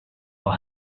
for